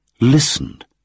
listened